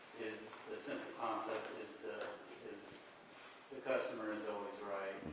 is the simple concept is the is the customer is always right.